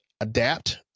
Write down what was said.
adapt